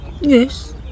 Yes